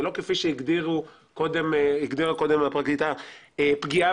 ולא כפי שהגדירה קודם הפרקליטה פגיעה